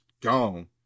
Gone